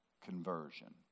conversion